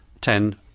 ten